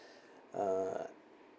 uh